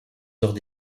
heures